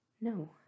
No